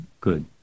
Good